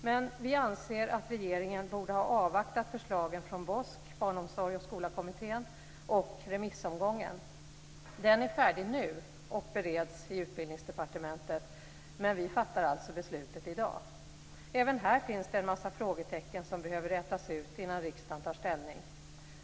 Men vi anser att regeringen borde ha avvaktat förslagen från BOSK, Barnomsorgs och skolakommittén, och remissomgången. Den är färdig nu och bereds i Utbildningsdepartementet, men vi fattar beslutet i dag. Även här finns det en massa frågetecken som behöver rätas ut innan riksdagen tar ställning.